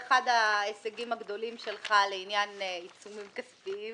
ההישגים הגדולים שלך לעניין עיצומים כספיים.